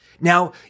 Now